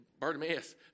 Bartimaeus